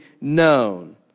known